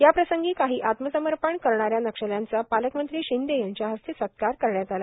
याप्रसंगी काही आत्मसमर्पण करणाऱ्या नक्षल्यांचा पालकमंत्री शिंदे यांच्या हस्ते सत्कार करण्यात आला